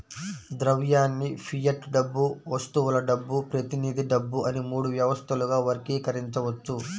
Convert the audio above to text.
ద్రవ్యాన్ని ఫియట్ డబ్బు, వస్తువుల డబ్బు, ప్రతినిధి డబ్బు అని మూడు వ్యవస్థలుగా వర్గీకరించవచ్చు